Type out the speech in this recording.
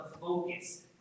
focus